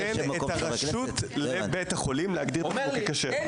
הוא נותן את הרשות לבית החולים להגדיר אותו ככשר,